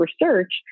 research